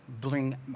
bring